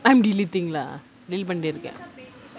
I'm deleting lah delete பண்ணிட்டு இருக்கேன்:pannittu irukkaen